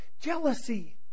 Jealousy